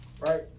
right